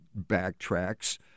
Backtracks